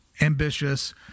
ambitious